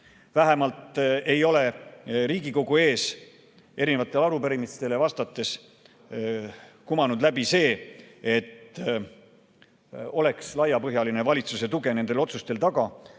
Vähemalt ei ole Riigikogu ees arupärimistele vastamistest kumanud läbi see, et oleks laiapõhjaline valitsuse tugi nendel otsustel taga,